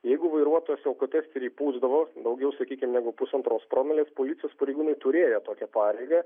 jeigu vairuotojas į alkotesterį įpūsdavo daugiau sakykim negu pusantros promilės policijos pareigūnai turėjo tokią pareigą